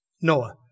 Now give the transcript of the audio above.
Noah